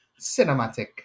cinematic